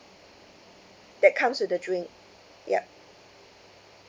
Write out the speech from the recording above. that comes with the drink ya